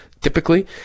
typically